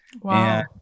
Wow